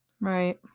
Right